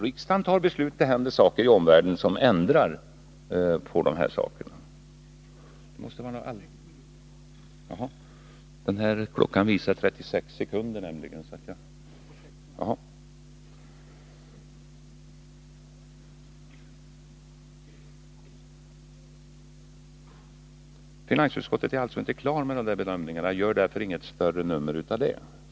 Riksdagen fattar beslut, men det händer saker i omvärlden som ändrar förhållandena. Finansutskottet är alltså inte klart med sina bedömningar. Gör därför inte något större nummer av detta.